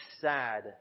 sad